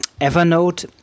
Evernote